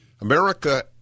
America